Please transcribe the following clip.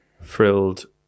frilled